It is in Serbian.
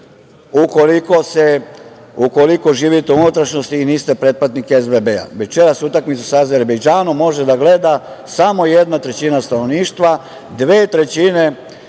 ukoliko živite u unutrašnjosti i niste pretplatnik SBB-a. Večeras utakmicu sa Azerbejdžanom može da gleda samo jedan trećina stanovništva, a dve trećine